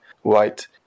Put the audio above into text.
white